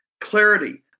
Clarity